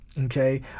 Okay